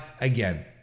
Again